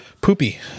Poopy